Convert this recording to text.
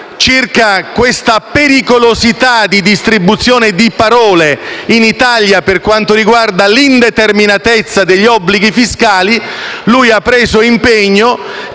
circa la pericolosità di distribuzione di parole in Italia per quanto riguarda l'indeterminatezza degli obblighi fiscali, ha preso impegno